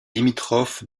limitrophe